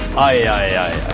i